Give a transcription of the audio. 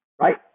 right